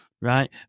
right